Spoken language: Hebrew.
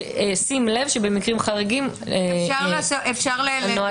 שבמקרים חריגים- -- אולי